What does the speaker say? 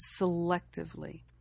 selectively